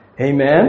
Amen